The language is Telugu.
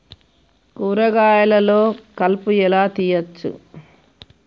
కూరగాయలలో కలుపు ఎలా తీయచ్చు?